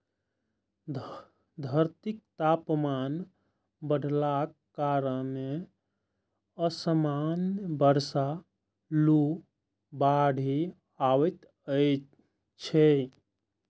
धरतीक तापमान बढ़लाक कारणें असमय बर्षा, लू, बाढ़ि अबैत छैक